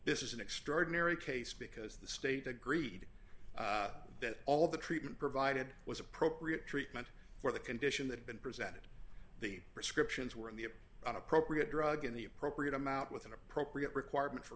this is an extraordinary case because the state agreed that all the treatment provided was appropriate treatment for the condition that been presented the prescriptions were in the appropriate drug in the appropriate amount with an appropriate requirement for